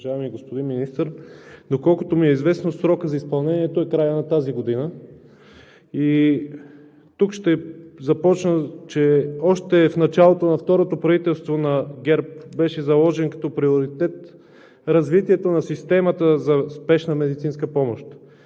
Уважаеми господин Министър, доколкото ми е известно, срокът за изпълнението е краят на тази година. Тук ще кажа, че още в началото на второто правителство на ГЕРБ беше заложено като приоритет развитието на системата за Спешна медицинска помощ.